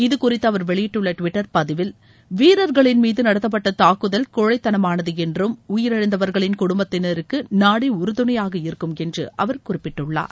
இதுகுறித்து அவர் வெளியிட்டுள்ள டுவிட்டர் பதிவில் வீரர்களின் மீது நடத்தப்பட்ட தாக்குதல் கோழைத்தனமானது என்றும் உயிரிழந்தவர்களின் குடும்பத்தினருக்கு நாடே உறுதணையாக இருக்கும் என்று அவர் குறிப்பிட்டுள்ளார்